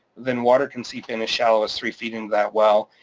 then water can seep in as shallow as three feet into that well.